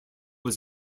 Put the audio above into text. was